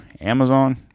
Amazon